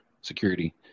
security